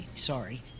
Sorry